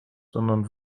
sondern